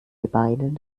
gebeinen